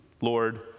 Lord